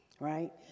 right